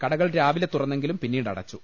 കടകൾ രാവിലെ തുറന്നെ ങ്കിലും പിന്നീട് അടച്ചു